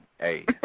hey